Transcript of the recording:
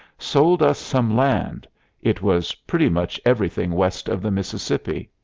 sold us some land it was pretty much everything west of the mississippi.